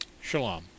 Shalom